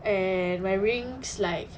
and wearing slide